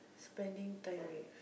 spending time with